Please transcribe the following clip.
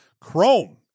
Chrome